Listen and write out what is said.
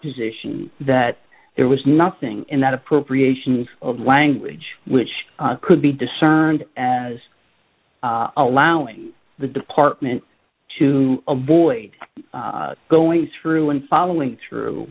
position that there was nothing in that appropriations of language which could be discerned as allowing the department to avoid going through and following through